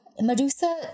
Medusa